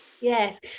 Yes